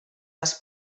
les